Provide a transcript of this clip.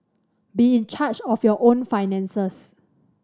be in charge of your own finances